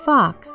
Fox